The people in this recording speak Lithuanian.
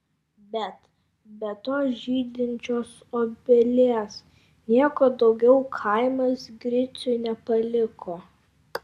bet be tos žydinčios obelies nieko daugiau kaimas griciui nepaliko